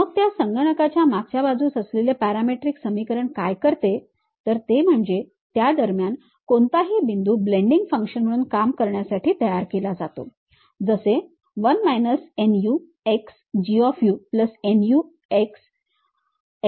मग त्या संगणकाच्या मागच्या बाजूस असलेले पॅरामेट्रिक समीकरण काय करते तर ते म्हणजे त्या दरम्यान कोणताही बिंदू ब्लेंडींग फंक्शन म्हणून काम करण्यासाठी तयार केला जातो जसे 1 nu x G nu x F